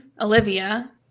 Olivia